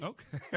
Okay